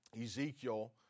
Ezekiel